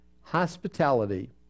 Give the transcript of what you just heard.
Hospitality